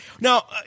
Now